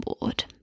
board